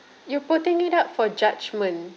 you're putting it up for judgment